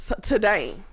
today